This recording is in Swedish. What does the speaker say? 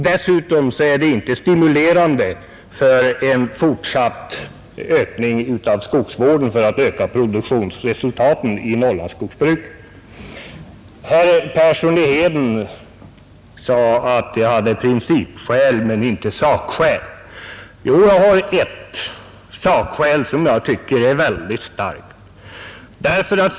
Dessutom är det inte stimulerande för en fortsatt ökning av skogsvården som behövs i syfte att öka produktionsresultaten i Norrlandsskogsbruket. Herr Persson i Heden sade att jag hade principskäl men inte sakskäl. Jo, jag har ett sakskäl som jag tycker är väldigt starkt.